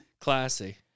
Classy